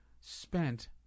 spent